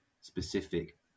specific